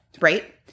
right